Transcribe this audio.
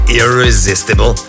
irresistible